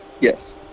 Yes